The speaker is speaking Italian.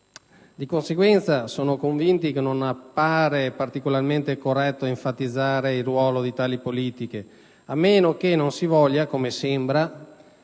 Di conseguenza, sono convinto che non appare particolarmente corretto enfatizzare il ruolo di tali politiche, a meno che - come sembra